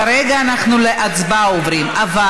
כרגע אנחנו עוברים להצבעה,